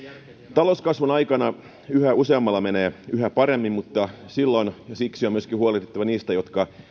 talouskasvun aikana yhä useammalla menee yhä paremmin mutta siksi on myöskin huolehdittava niistä jotka